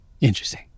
Interesting